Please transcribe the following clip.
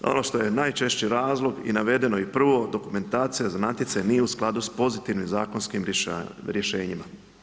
Ono što je najčešći razlog i navedeno i prvo, dokumentacija za natječaj nije u skladu sa pozitivnim zakonskim rješenjima.